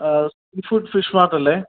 food fish mart അല്ലെ